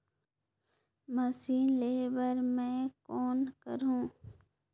Machine लेहे बर मै कौन करहूं?